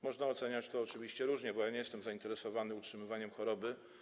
Można oceniać to oczywiście różnie, bo ja nie jestem zainteresowany utrzymywaniem choroby.